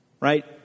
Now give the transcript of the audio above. Right